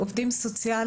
עם עובדים סוציאליים